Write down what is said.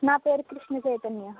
నా పేరు కృష్ణ చైతన్య